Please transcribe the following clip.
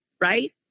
right